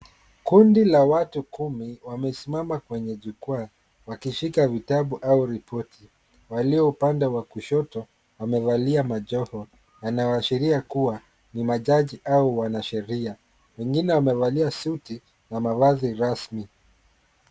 Kundi la watu kumi wamesimama kwenye jukwaa, wakishika vitabu au ripoti. Walio upande wa kushoto wamevalia majoho, yanayoashiria kuwa ni majaji au wanasheria. Wengine wamevalia suti na mavazi rasmi.